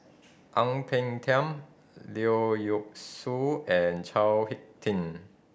Ang Peng Tiam Leong Yee Soo and Chao Hick Tin